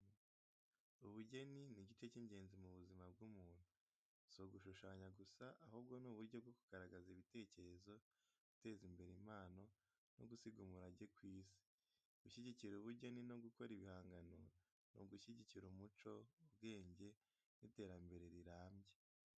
Ubugeni ni igice cy’ingenzi mu buzima bw’umuntu. Si ugushushanya gusa, ahubwo ni uburyo bwo kugaragaza ibitekerezo, guteza imbere impano, no gusiga umurage ku isi. Gushyigikira ubugeni no gukora ibihangano ni ugushyigikira umuco, ubwenge, n’iterambere rirambye.